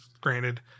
granted